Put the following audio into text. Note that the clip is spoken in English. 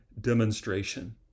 demonstration